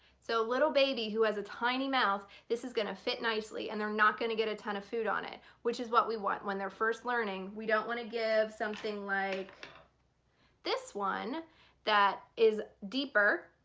so little baby who has a tiny mouth, this is gonna fit nicely and they're not going to get a ton of food on it which is what we want when they're first learning. we don't want to give something like this one that is deeper,